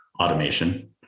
automation